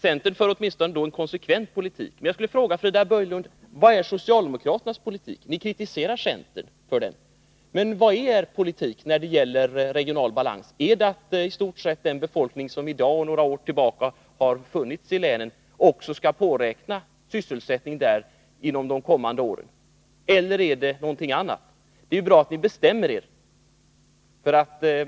Centern för åtminstone en konsekvent politik. Jag skulle vilja fråga Frida Berglund: Vad är socialdemokraternas politik? Ni kritiserar centern för dess politik, men vad är er politik när det gäller regional balans? Går den ut på att i stort sett den befolkning som sedan några år tillbaka har funnits i länen också skall kunna påräkna sysselsättning där under de kommande åren, eller är det fråga om någonting annat? Det vore bra om ni bestämde er.